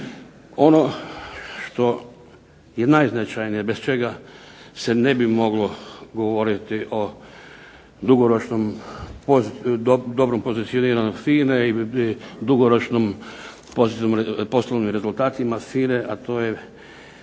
Ono što je najznačajnije, bez čega se ne bi moglo govoriti o dugoročnom dobrom pozicioniranju FINA-e i dugoročnim poslovnim rezultatima FINA-e, a to je